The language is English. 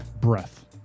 breath